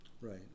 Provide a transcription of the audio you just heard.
right